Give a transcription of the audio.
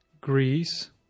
Greece